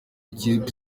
ikipe